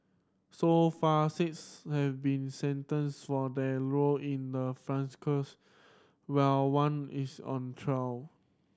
so far six have been sentenced for their role in the while one is on trial